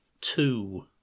two